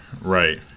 Right